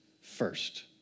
first